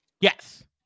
Yes